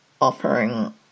offering